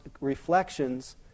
reflections